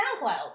SoundCloud